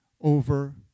over